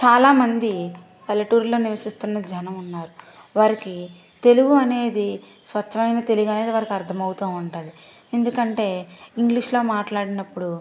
చాలా మంది పల్లెటూరిలో నివసిస్తూ ఉన్నటువంటి జనం ఉన్నారు వారికి తెలుగు అనేది స్వచ్చమైన తెలుగు అనేది అర్థమవుతూ ఉంటది ఎందుకంటే ఇంగ్లీష్ మాట్లాడినప్పుడు